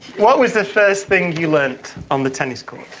what was the first thing you learned on the tennis court?